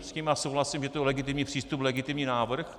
S tím já souhlasím, že je to legitimní přístup, legitimní návrh.